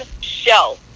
show